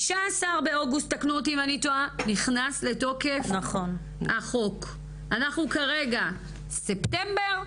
ב-15 באוגוסט החוק נכנס לתוקף, מאז ספטמבר,